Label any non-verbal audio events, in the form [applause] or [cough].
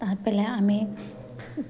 [unintelligible]